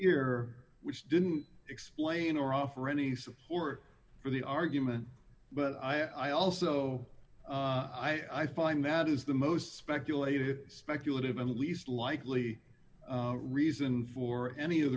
here which didn't explain or offer any support for the argument but i also i find that is the most speculated speculative in the least likely reason for any of